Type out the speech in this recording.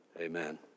Amen